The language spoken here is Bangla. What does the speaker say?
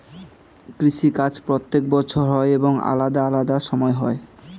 কৃষি কাজ প্রত্যেক বছর হয় এবং আলাদা আলাদা সময় হয়